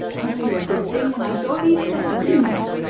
i knew a good thing when i saw it even then, didn't i?